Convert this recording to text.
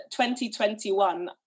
2021